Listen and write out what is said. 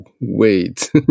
wait